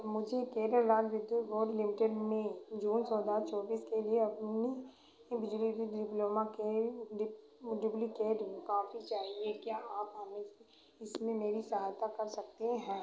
मुझे केरल राज्य विद्युत बोर्ड लिमिटेड में जून चौदह चौबीस के लिए अपनी उ बिजली बिल के डुप्लिकेट कॉपी चाहिए क्या आप हमें इसमें मेरी सहायता कर सकते हैं